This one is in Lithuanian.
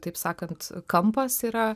taip sakant kampas yra